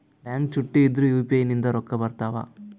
Bank ಚುಟ್ಟಿ ಇದ್ರೂ UPI ನಿಂದ ರೊಕ್ಕ ಬರ್ತಾವಾ?